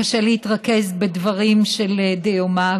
קשה להתרכז בדברי דיומא.